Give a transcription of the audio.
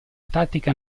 tattica